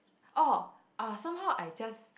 oh uh somehow I just